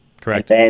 correct